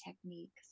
techniques